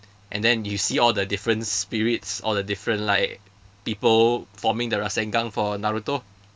and then you see all the different spirits all the different like people forming the rasengan for naruto